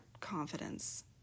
confidence